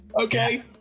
okay